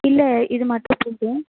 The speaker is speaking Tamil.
இல்லை இது மட்டும் போதும்